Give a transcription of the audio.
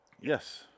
Yes